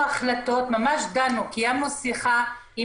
החלטות, ממש דנו, קיימנו שיחה.